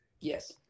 Yes